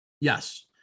Yes